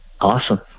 awesome